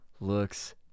looks